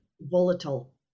volatile